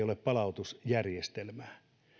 ole palautusjärjestelmää